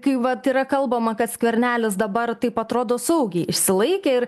kai vat yra kalbama kad skvernelis dabar taip atrodo saugiai išsilaikė ir